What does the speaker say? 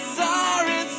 sorry